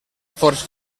forts